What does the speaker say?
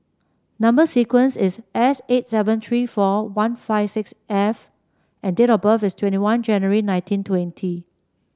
number sequence is S eight seven three four one five six F and date of birth is twenty one January nineteen twenty